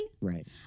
Right